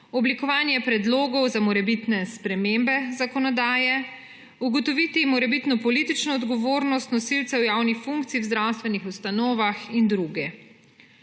oblikovanje predlogov za morebitne spremembe zakonodaje, ugotoviti morebitno politično odgovornost nosilcev javnih funkcij v zdravstvenih ustanovah in druge.